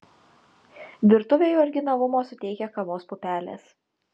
virtuvei originalumo suteikia kavos pupelės